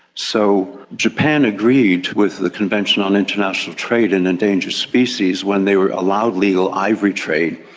so japan agreed with the convention on international trade and endangered species when they were allowed legal ivory trade,